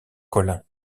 collin